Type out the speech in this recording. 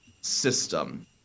system